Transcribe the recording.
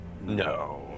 No